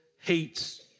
hates